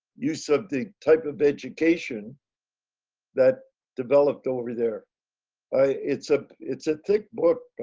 use of the type of education that developed over there i it's a it's a thick book.